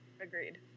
Agreed